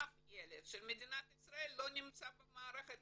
אף ילד של מדינת ישראל לא נמצא במערכת